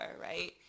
right